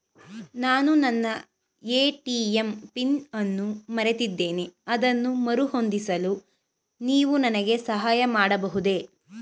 ನಾನು ನನ್ನ ATM PIN ಅನ್ನು ಮರೆತಿದ್ದೇನೆ ಅದನ್ನು ಮರುಹೊಂದಿಸಲು ನೀವು ನನಗೆ ಸಹಾಯ ಮಾಡಬಹುದೇ?